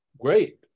Great